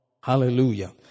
Hallelujah